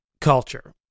culture